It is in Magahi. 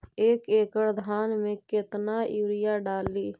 एक एकड़ धान मे कतना यूरिया डाली?